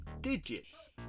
digits